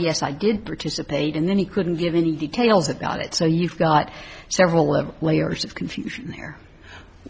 yes i did participate and then he couldn't give any details about it so you've got several layers of confusion there